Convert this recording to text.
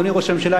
אדוני ראש הממשלה,